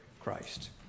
Christ